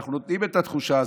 ואנחנו נותנים את התחושה הזאת,